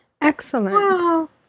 Excellent